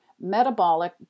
metabolic